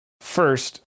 first